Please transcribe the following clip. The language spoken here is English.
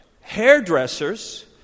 Hairdressers